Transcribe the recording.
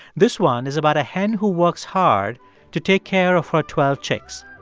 this one is about a hen who works hard to take care of her twelve chicks.